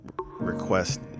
request